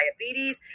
diabetes